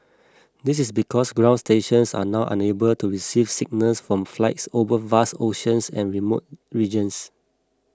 this is because ground stations are now unable to receive signals from flights over vast oceans and remote regions